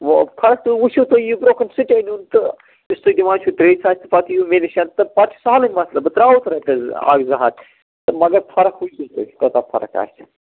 وۅنۍ کھس تہٕ وُچھِو تُہۍ یِیِو برٛونٛہہ کُن سُہ تہِ أنۍہوٗن تہٕ یُس تۄہہِ دِوان چھُ ترٛیٚیہِ ساسہِ تہٕ پَتہٕ یِیِو مےٚ نِش تہٕ پَتہٕ چھُ سہلٕے مَسلہٕ بہٕ ترٛاوَس رۄپیَس اَکھ زٕ ہَتھ تہٕ مگر فرق وُچھ زیٚو تُہۍ کٲژاہ فرق آسہِ